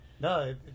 No